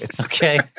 okay